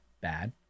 bad